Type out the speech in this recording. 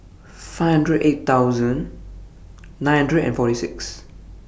five hundred eight thousand nine hundred and forty six